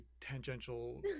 tangential